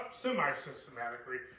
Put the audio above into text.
semi-systematically